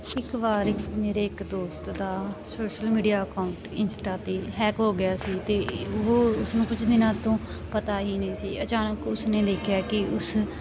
ਇੱਕ ਵਾਰ ਇੱਕ ਮੇਰੇ ਇੱਕ ਦੋਸਤ ਦਾ ਸੋਸ਼ਲ ਮੀਡੀਆ ਅਕਾਊਂਟ ਇੰਸਟਾ 'ਤੇ ਹੈਕ ਹੋ ਗਿਆ ਸੀ ਅਤੇ ਉਹ ਉਸਨੂੰ ਕੁਝ ਦਿਨਾਂ ਤੋਂ ਪਤਾ ਹੀ ਨਹੀਂ ਸੀ ਅਚਾਨਕ ਉਸਨੇ ਦੇਖਿਆ ਕਿ ਉਸ